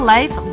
Life